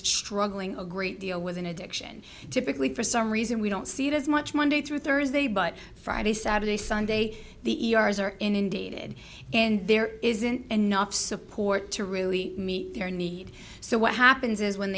struggling a great deal with an addiction typically for some reason we don't see it as much monday through thursday but friday saturday sunday the ers are inundated and there isn't enough support to really meet their need so what happens is when